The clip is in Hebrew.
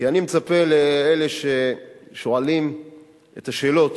כי אני מצפה מאלה ששואלים את השאלות,